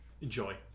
Enjoy